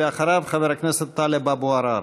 אחריו, חבר הכנסת טלב אבו עראר.